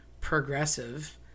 progressive